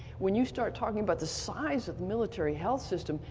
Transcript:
when you start talking about the size of military health system,